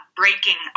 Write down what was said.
breaking